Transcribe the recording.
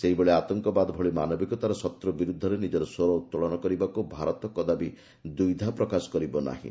ସେହିଭଳି ଆତଙ୍କବାଦ ଭଳି ମାନବିକତାର ଶତ୍ର ବିରୁଦ୍ଧରେ ନିଜର ସ୍ୱର ଉତ୍ତୋଳନ କରିବାକୁ ଭାରତ କଦାପି ଦ୍ୱିଧା ପ୍ରକାଶ କରିବ ନାହିଁ